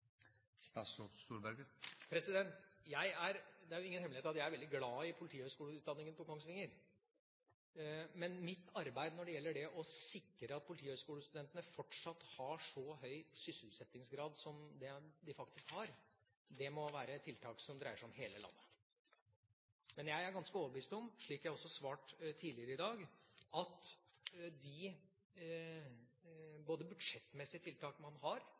Det er ingen hemmelighet at jeg er veldig glad i politihøyskoleutdanningen på Kongsvinger. Men mitt arbeid når det gjelder tiltak for å sikre at politihøyskolestudentene fortsatt har så høy sysselsettingsgrad som det de faktisk har, må dreie seg om hele landet. Jeg er ganske overbevist om, slik jeg også har svart tidligere i dag, at med de budsjettmessige tiltak man har knyttet til dette, det man allerede har gjort ved at 280 av over 300 studenter som har